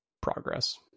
progress